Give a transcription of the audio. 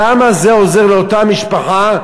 כמה זה עוזר לאותה משפחה?